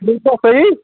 چھا صحیح